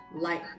light